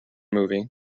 movie